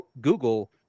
google